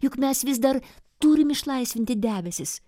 juk mes vis dar turim išlaisvinti debesis